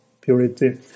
purity